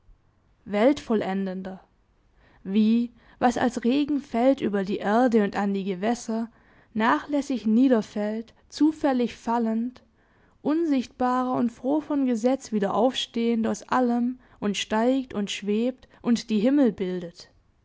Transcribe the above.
weltvollendender wie was als regen fällt über die erde und an die gewässer nachlässig niederfällt zufällig fallend unsichtbarer und froh von gesetz wieder aufstehend aus allem und steigt und schwebt und die himmel bildet